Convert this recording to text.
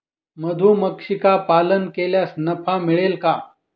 मधुमक्षिका पालन केल्यास नफा मिळेल का?